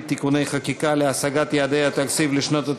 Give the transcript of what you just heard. (תיקוני חקיקה להשגת יעדי התקציב לשנות,